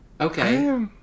Okay